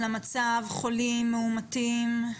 על המצב חולים מאומתים,